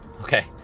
Okay